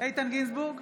איתן גינזבורג,